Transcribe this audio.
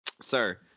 Sir